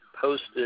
posted